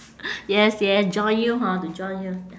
yes yes join you hor to join you